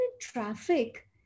traffic